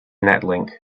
natlink